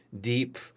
deep